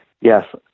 yes